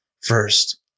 first